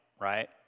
right